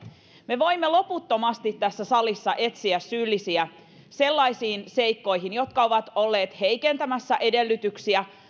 me voimme loputtomasti tässä salissa etsiä syyllisiä sellaisiin seikkoihin jotka ovat olleet heikentämässä edellytyksiä